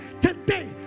today